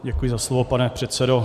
Děkuji za slovo, pane předsedo.